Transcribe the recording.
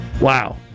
Wow